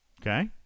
Okay